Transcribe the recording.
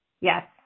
Yes